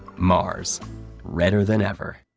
mars redder than ever.